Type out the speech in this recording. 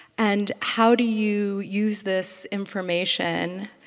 and how do you use this information,